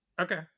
Okay